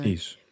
Isso